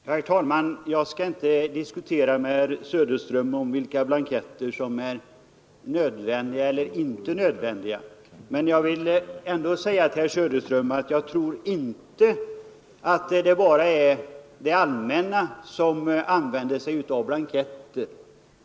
Herr talman! Jag skall inte diskutera med herr Söderström om vilka blanketter som är nödvändiga eller inte nödvändiga. Men jag vill ändå säga till herr Söderström att jag tror inte att det bara är det allmänna som använder sig av blanketter.